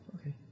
okay